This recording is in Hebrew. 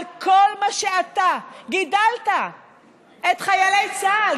על כל מה שאתה גידלת את חיילי צה"ל,